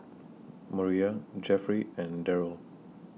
Moriah Jeffrey and Deryl